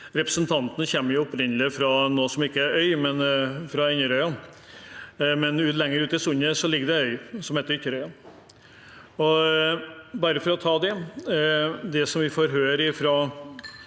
Representanten kommer opprinnelig fra noe som ikke er en øy, fra Inderøya, men lenger ut i sundet ligger det en øy, som heter Ytterøya. Bare for å ta det: Det vi får høre fra